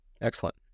Excellent